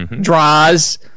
Draws